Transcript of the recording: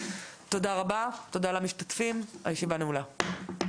תודה רבה לכל המשתתפים, הישיבה נעולה.